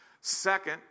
Second